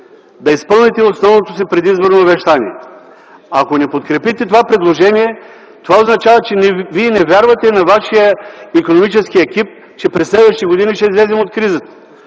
да изпълните основното си предизборно обещание. Ако не подкрепите това предложение, означава, че вие не вярвате на вашия икономически екип, че през следващите години ще излезем от кризата.